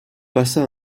passa